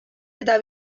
eta